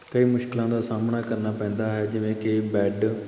ਕਈ ਮੁਸ਼ਕਿਲਾਂ ਦਾ ਸਾਹਮਣਾ ਕਰਨਾ ਪੈਂਦਾ ਹੈ ਜਿਵੇਂ ਕਿ ਬੈੱਡ